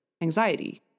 anxiety